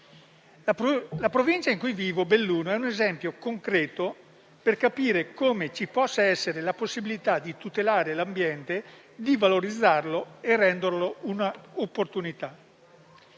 La Provincia in cui vivo, Belluno, è un esempio concreto per capire come vi sia la possibilità di tutelare l'ambiente, di valorizzarlo e di renderlo una opportunità.